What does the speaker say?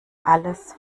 alles